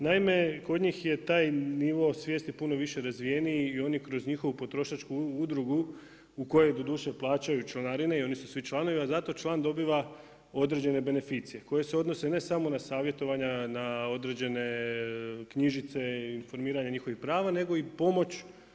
Naime, kod njih je taj nivo svijesti puno više razvijeniji i oni kroz njihovu potrošačku udrugu u kojoj doduše plaćaju članarine i oni si svi članovi, a zato član dobiva određene beneficije koje se odnose ne samo na savjetovanja, na određene knjižice, informiranje njihovih prava nego i pomoć.